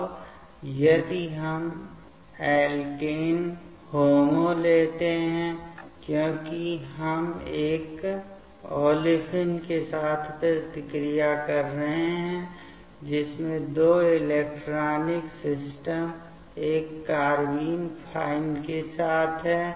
अब यदि हम एल्केन HOMO लेते हैं क्योंकि हम एक ओलेफिन के साथ प्रतिक्रिया कर रहे हैं जिसमें 2 इलेक्ट्रॉनिक सिस्टम एक कार्बाइन फाइन के साथ है